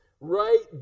Right